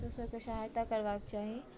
दोसरके सहायता करबाक चाही